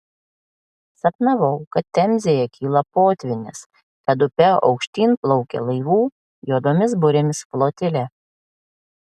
sapnavau kad temzėje kyla potvynis kad upe aukštyn plaukia laivų juodomis burėmis flotilė